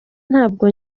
ntabwo